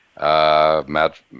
Matt